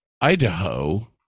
Idaho